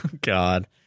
God